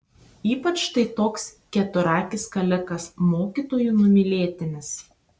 ypač štai toks keturakis kalikas mokytojų numylėtinis